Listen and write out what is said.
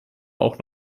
auch